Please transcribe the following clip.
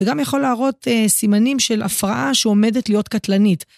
וגם יכול להראות סימנים של הפרעה שעומדת להיות קטלנית.